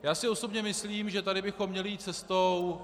Já si osobně myslím, že tady bychom měli jít cestou...